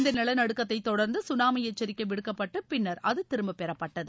இந்த நிலநடுக்கத்தை தொடர்ந்து சுனாமி எச்சரிக்கை விடுக்கப்பட்டு பின்னர் அது திரும்பப்பெறப்பட்டது